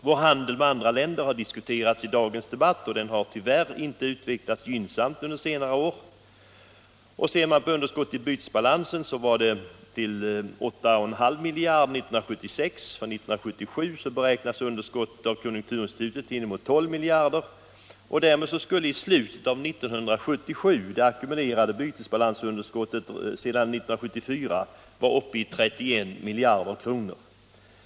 Vår handel med andra länder har diskuterats i dagens debatt, och den har tyvärr inte utvecklats gynnsamt under senare år. Underskottet i bytesbalansen uppgick till ca Allmänpolitisk debatt Allmänpolitisk debatt 8,5 miljarder år 1976. För 1977 beräknas underskottet av konjunkturinstitutet till inemot 12 miljarder. Därmed skulle i slutet av 1977 det ackumulerade bytesbalansunderskottet sedan 1974 vara uppe i 31 miljarder kronor.